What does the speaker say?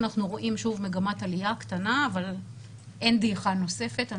אנחנו רואים שוב מגמת עלייה קטנה אבל אין דעיכה נוספת.